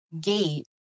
gate